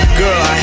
Girl